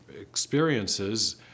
experiences